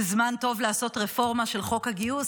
זה זמן טוב לעשות רפורמה של חוק הגיוס,